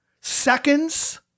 Seconds